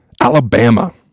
Alabama